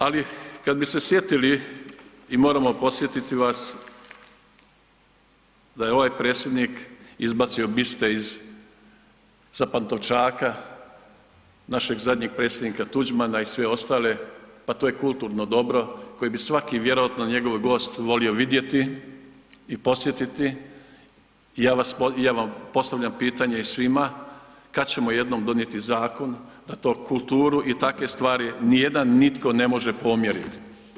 Ali, kad bi se sjetili i moramo podsjetiti vas, da je ovaj predsjednik izbacio biste iz sa Pantovčaka, našeg zadnjeg predsjednika Tuđmana i sve ostale, pa to je kulturno dobro koje bi svaki vjerojatno njegov gost volio vidjeti i posjetiti i ja vam postavljam pitanje svima, kad ćemo jednom donijeti zakon da tu kulturu i takve stvari nijedan, nitko ne može pomjeriti.